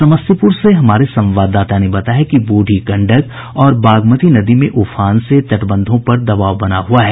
समस्तीपुर से हमारे संवाददाता ने बताया है कि बूढ़ी गंडक और बागमती नदी में उफान से तटबंधों पर दबाव बना हुआ है